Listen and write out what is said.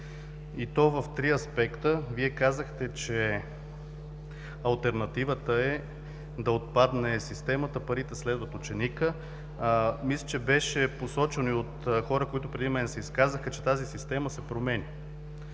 и то в три аспекта. Вие казахте, че алтернативата е да отпадне системата „парите следват ученика“. Мисля, че беше посочено и от хора, които преди мен се изказаха, че тази система се променя.